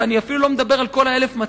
ואני אפילו לא מדבר על כל ה-1,200,